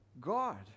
God